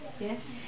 Yes